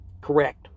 correct